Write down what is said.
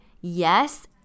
yes